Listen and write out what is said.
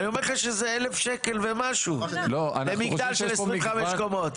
אני אומר לך שזה 1,000 ומשהו שקלים במגדל של 25 קומות.